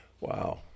Wow